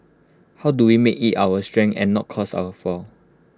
how do we make IT our strength and not cause our fall